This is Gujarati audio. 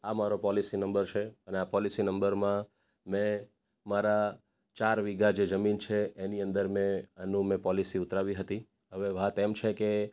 આ મારો પોલિસી નંબર છે અને આ પોલિસી નંબરમાં મેં મારા ચાર વીઘા જે જમીન છે એની અંદર મેં એનું મેં પોલીસી ઉતરાવી હતી હવે વાત એમ છે કે